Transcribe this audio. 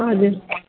हजुर